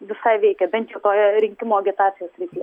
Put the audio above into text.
visai veikia bent jau toje rinkimų agitacijos srityje